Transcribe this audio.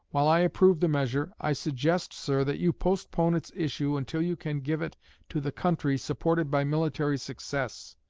while i approve the measure, i suggest, sir, that you postpone its issue until you can give it to the country supported by military success,